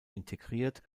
integriert